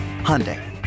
Hyundai